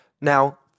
Now